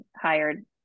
hired